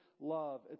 love